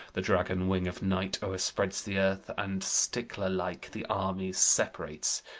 the dragon wing of night o'erspreads the earth and, stickler-like, the armies separates.